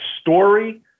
story